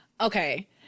Okay